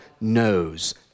knows